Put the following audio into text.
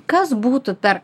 kas būtų per